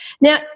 now